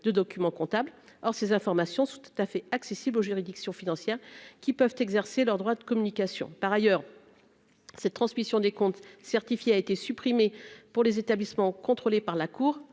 de documents comptables, or ces informations tout à fait accessible aux juridictions financières qui peuvent exercer leur droit de communication par ailleurs cette transmission des comptes certifiés, a été supprimée pour les établissements contrôlés par la cour